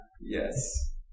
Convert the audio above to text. Yes